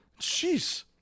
Jeez